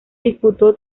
disputó